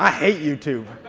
ah hate youtube.